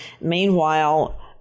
Meanwhile